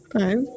Five